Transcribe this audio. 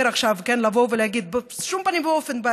עכשיו לבוא ולהגיד: בשום פנים ואופן,